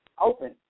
open